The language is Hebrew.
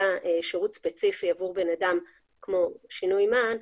שירות ספציפי עבור בן אדם כמו שינוי מען,